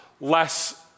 less